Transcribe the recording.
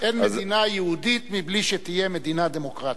אין מדינה יהודית מבלי שתהיה מדינה דמוקרטית.